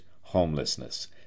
homelessness